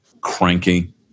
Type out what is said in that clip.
cranky